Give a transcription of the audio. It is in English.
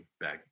back